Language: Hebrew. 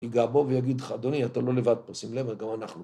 ייגע בו ויגיד לך, אדוני, אתה לא לבד פה, שים לב, גם אנחנו.